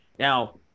Now